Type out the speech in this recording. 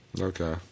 okay